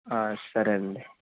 సరేండి